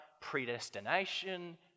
predestination